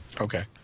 Okay